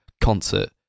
concert